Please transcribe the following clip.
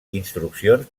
instruccions